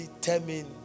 determine